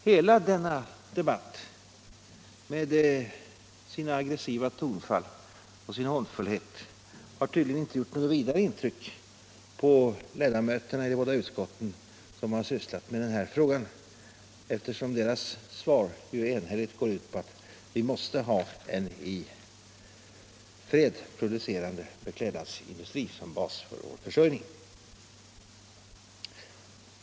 Hela denna debatt med sina aggressiva tonfall och sin hånfullhet har tydligen inte gjort något vidare intryck på ledamöterna i de båda utskott som har sysslat med denna fråga, eftersom deras svar enhälligt går ut på att vi måste ha en i fred producerande beklädnadsindustri som bas för vår försörjning.